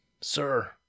sir